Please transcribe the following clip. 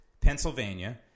Pennsylvania